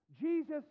jesus